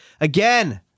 again